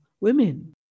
women